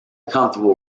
comfortable